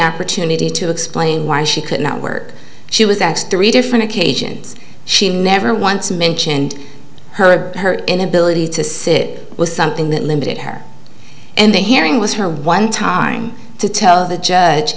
opportunity to explain why she could not work she was axed three different occasions she never once mentioned her inability to sit was something that limited her and the hearing was her one time to tell the judge